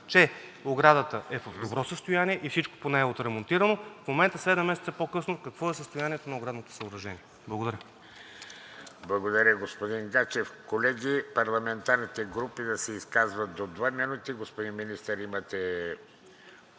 че оградата е в добро състояние и всичко по нея е отремонтирано и в момента седем месеца по-късно какво е състоянието на оградното съоръжение? Благодаря. ПРЕДСЕДАТЕЛ ВЕЖДИ РАШИДОВ: Благодаря, господин Гаджев. Колеги, парламентарните групи да се изказват до две минути. Господин Министър, имате